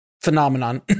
phenomenon